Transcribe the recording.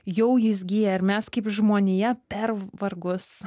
jau jis gyja ir mes kaip žmonija per vargus